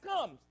comes